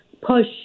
push